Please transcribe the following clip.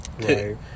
right